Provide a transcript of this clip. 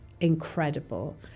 incredible